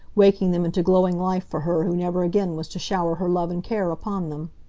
waking them into glowing life for her who never again was to shower her love and care upon them.